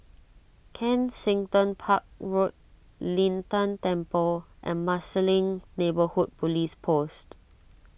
Kensington Park Road Lin Tan Temple and Marsiling Neighbourhood Police Post